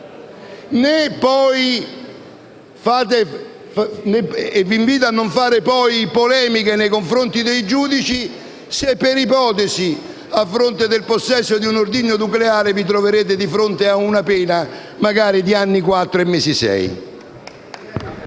e vi invito a non fare polemiche nei confronti dei giudici se per ipotesi, a fronte del possesso di un ordigno nucleare, vi troverete di fronte a una pena magari di anni quattro e